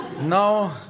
No